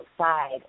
outside